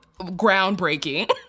groundbreaking